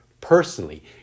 personally